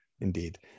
indeed